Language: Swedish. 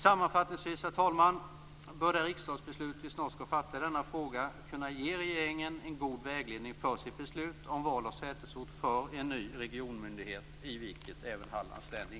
Sammanfattningsvis bör det riksdagsbeslut som vi snart skall fatta i denna fråga kunna ge regeringen en god vägledning för sitt beslut om val av sätesort för en ny regionmyndighet. Där ingår även